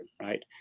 right